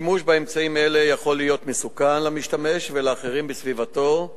השימוש באמצעים אלה יכול להיות מסוכן למשתמש ולאחרים בסביבתו,